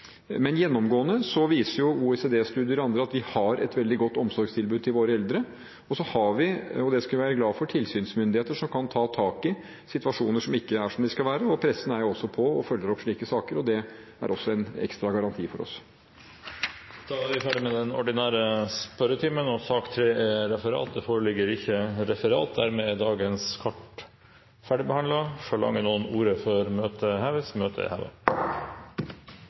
Men gjennomgående viser OECD-studier og andre at vi har et veldig godt omsorgstilbud til våre eldre. Og så har vi – og det skal vi være glad for – tilsynsmyndigheter som kan ta tak i situasjoner som ikke er som de skal være. Pressen er også på og følger opp slike saker, og det er også en ekstra garanti for oss. Dermed er sak nr. 2 ferdigbehandlet. Det foreligger ikke noe referat. Dermed er dagens kart ferdigbehandlet. Forlanger noen ordet før møtet heves? – Møtet er